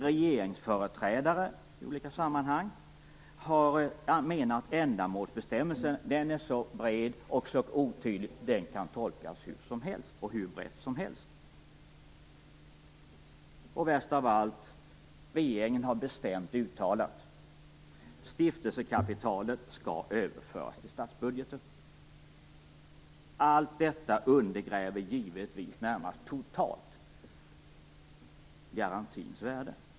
Regeringsföreträdare har i olika sammanhang menat att ändamålsbestämmelsen är så bred och så otydlig att den kan tolkas hur som helst. Och värst av allt - regeringen har bestämt uttalat att stiftelsekapitalet skall överföras till statsbudgeten. Allt detta undergräver givetvis närmast totalt garantins värde.